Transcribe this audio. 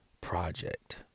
project